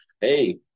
Hey